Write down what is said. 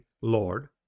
Lord